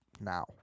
now